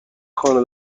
خانه